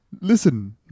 listen